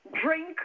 drink